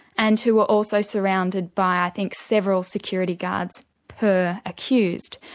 and who were also surrounded by i think several security guards per accused.